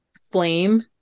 flame